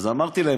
אז אמרתי להם,